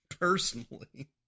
Personally